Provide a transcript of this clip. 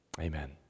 Amen